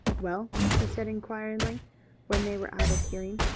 well, he said inquiringly when they were out of hearing.